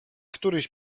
któryś